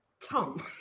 Tom